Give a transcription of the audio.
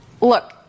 look